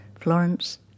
Florence